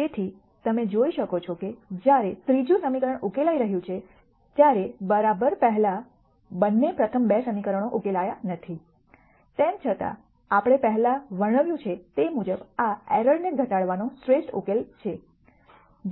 તેથી તમે જોઈ શકો છો કે જ્યારે ત્રીજું સમીકરણ ઉકેલાઈ રહ્યું છે ત્યારે બરાબર પહેલા બંને પ્રથમ 2 સમીકરણો ઉકેલાયા નથી તેમ છતાં આપણે આ પહેલા વર્ણવ્યું છે તે મુજબ આ એરર ને ઘટાડવાનો શ્રેષ્ઠ ઉકેલ છે